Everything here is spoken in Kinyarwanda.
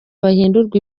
bahindurwa